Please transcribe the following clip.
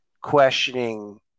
questioning